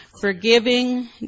Forgiving